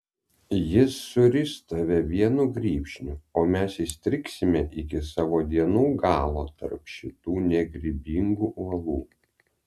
jis suris tave vienu grybšniu o mes įstrigsime iki savo dienų galo tarp šitų negrybingų uolų